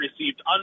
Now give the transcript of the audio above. received